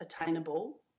attainable